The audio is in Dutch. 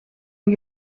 een